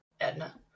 Edna